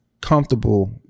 comfortable